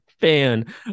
fan